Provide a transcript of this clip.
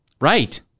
right